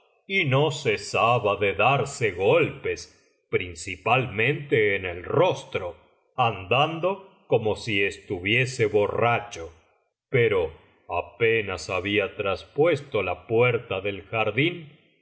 y no cesaba de darse golpes principalmente en el rostro anclando como si estuviese borracho pero apenas hjibia traspuesto la puerta del jardín vio